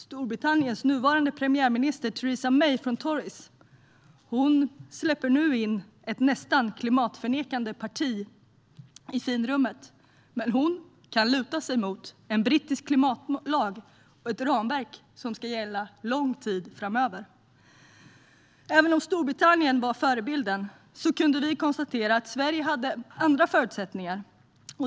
Deras nuvarande premiärminister Theresa May från Tories släpper nu in ett nästan klimatförnekande parti i finrummet, men hon kan luta sig mot en brittisk klimatlag och ett ramverk som ska gälla lång tid framöver. Även om Storbritannien var förebilden kunde vi konstatera att Sverige hade andra förutsättningar.